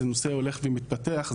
זה נושא הולך ומתפתח.